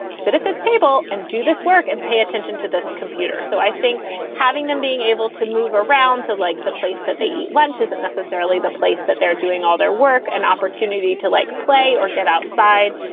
sit at this table and do this work and pay attention to this computer. so i think having them being able to move around to so like the place that they eat lunch isn't necessarily the place that they're doing all their work and opportunity to, like, play or get outside.